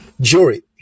Jury